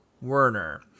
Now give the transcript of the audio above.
Werner